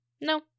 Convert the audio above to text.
No